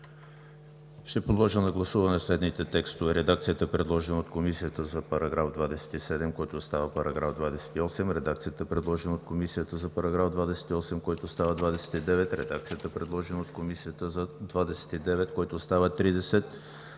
Сега подлагам на гласуване следните текстове: